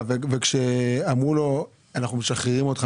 וכשאמרו לו שמשחררים אותו,